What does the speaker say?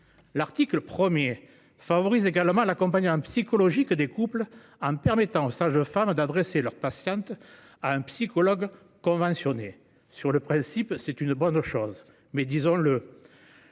L'article 1 favorise également l'accompagnement psychologique des couples en permettant aux sages-femmes d'adresser leurs patientes à un psychologue conventionné. Sur le principe, c'est une bonne chose, mais- disons-le